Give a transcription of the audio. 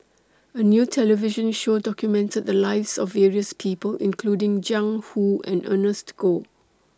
A New television Show documented The Lives of various People including Jiang Hu and Ernest Goh